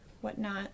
whatnot